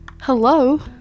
Hello